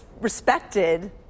respected